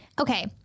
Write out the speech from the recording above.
Okay